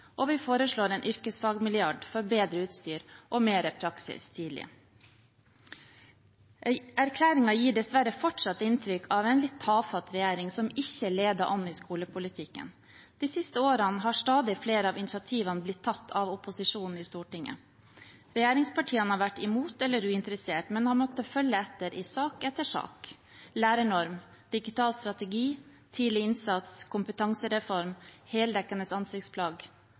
Og vi foreslår en yrkesfagmilliard for bedre utstyr og mer praksis tidlig. Erklæringen gir dessverre fortsatt inntrykk av en litt tafatt regjering som ikke leder an i skolepolitikken. De siste årene har stadig flere av initiativene blitt tatt av opposisjonen i Stortinget. Regjeringspartiene har vært imot eller uinteressert, men har måttet følge etter i sak etter sak: lærernorm, digital strategi, tidlig innsats, kompetansereform, heldekkende ansiktsplagg.